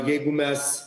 jeigu mes